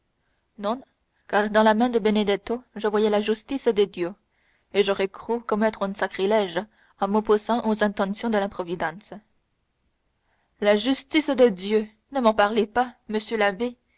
non car dans la main de benedetto je voyais la justice de dieu et j'aurais cru commettre un sacrilège en m'opposant aux intentions de la providence la justice de dieu ne m'en parlez pas monsieur l'abbé